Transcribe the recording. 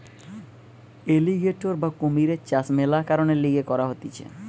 alligator বা কুমিরের চাষ মেলা কারণের লিগে করা হতিছে